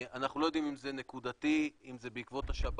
אנחנו לא יודעים אם זה נקודתי, אם זה בעקבות השבת,